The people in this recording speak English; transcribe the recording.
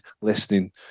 listening